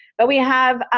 but we have,